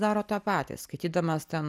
daro tą patį skaitydamas ten